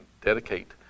dedicate